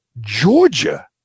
Georgia